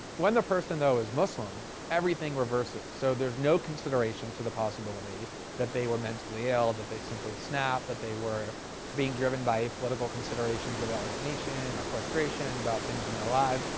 when the person though is muslim, everything reverses. so there's no consideration to the possibility that they were mentally ill, that they simply snapped, that they were being driven by political considerations of alienation or frustration about things in their lives.